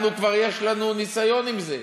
אנחנו, כבר יש לנו ניסיון עם זה,